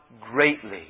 greatly